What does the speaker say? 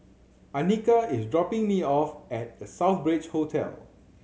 Annika is dropping me off at The Southbridge Hotel